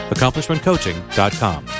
AccomplishmentCoaching.com